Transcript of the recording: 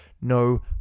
no